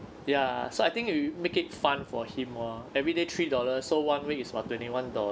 ya so I think if you make it fun for him lor everyday three dollars so one week is what twenty-one dollar